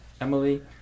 Emily